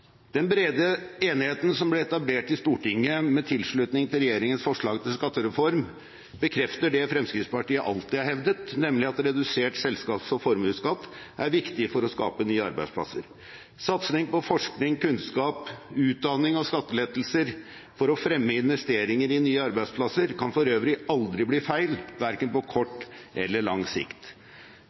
Den brede enigheten som ble etablert i Stortinget med tilslutningen til regjeringens forslag til skattereform, bekrefter det Fremskrittspartiet alltid har hevdet, nemlig at redusert selskapsskatt og redusert formuesskatt er viktig for å skape nye arbeidsplasser. Satsing på forskning, kunnskap, utdanning og skattelettelser for å fremme investeringer i nye arbeidsplasser kan for øvrig aldri bli feil, verken på kort eller lang sikt.